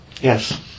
Yes